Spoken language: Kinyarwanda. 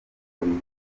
olivier